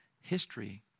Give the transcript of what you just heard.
History